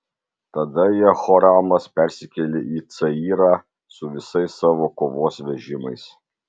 tada jehoramas persikėlė į cayrą su visais savo kovos vežimais